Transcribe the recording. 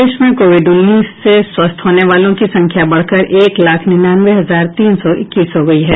प्रदेश में कोविड उन्नीस से स्वस्थ होने वालों की संख्या बढ़कर एक लाख निन्यानवे हजार तीन सौ इक्कीस हो गयी है